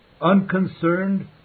unconcerned